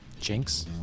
Jinx